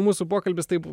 mūsų pokalbis taip